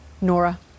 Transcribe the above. Nora